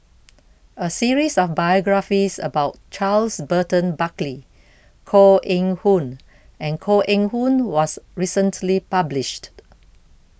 a series of biographies about Charles Burton Buckley Koh Eng Hoon and Koh Eng Hoon was recently published